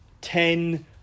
ten